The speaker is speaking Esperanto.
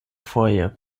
foje